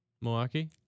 Milwaukee